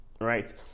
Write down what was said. right